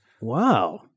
Wow